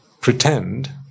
pretend